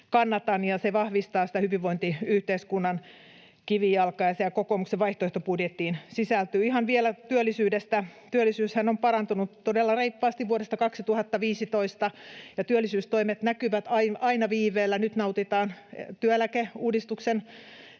ja se vahvistaa sitä hyvinvointiyhteiskunnan kivijalkaa, ja sehän kokoomuksen vaihtoehtobudjettiin sisältyy. Ihan vielä työllisyydestä: Työllisyyshän on parantunut todella reippaasti vuodesta 2015, ja työllisyystoimet näkyvät aina viiveellä. Nyt nautitaan työeläkeuudistuksen,